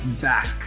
back